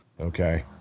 okay